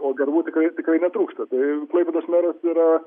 o darbų tikrai tikrai netrūksta tai klaipėdos meras yra